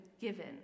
given